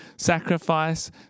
Sacrifice